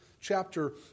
chapter